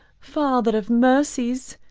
father of mercies,